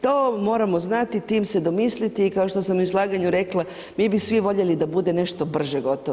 To moramo znati, time se domisliti i kao što sam u izlaganju rekla, mi bi svi voljeli da bude nešto brže gotovo.